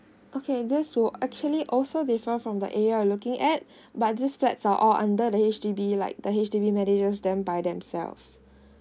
okay this will actually also differ from the area you're looking at but these flats are all under the H_D_B like the H_D_B manages them by themselves